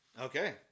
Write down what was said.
Okay